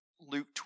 Luke